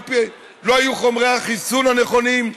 לא היו חומרי החיסון הנכונים,